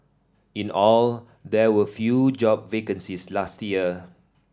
in all there were few job vacancies last year